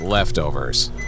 Leftovers